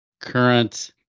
current